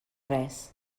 res